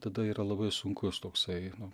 tada yra labai sunkus toksai nu